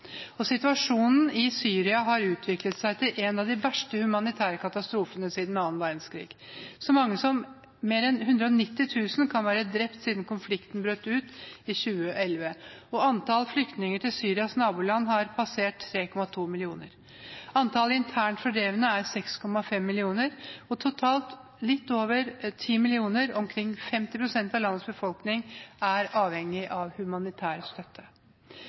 konfliktområdene. Situasjonen i Syria har utviklet seg til å bli en av de verste humanitære katastrofene siden annen verdenskrig. Så mange som mer enn 190 000 kan være drept siden konflikten brøt ut i 2011, og antall flyktninger til Syrias naboland har passert 3,2 millioner. Antallet internt fordrevne er 6,5 millioner, og totalt litt over 10 millioner mennesker, omkring 50 pst. av landets befolkning, er avhengig av humanitær støtte.